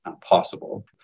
possible